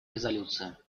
резолюции